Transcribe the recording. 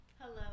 Hello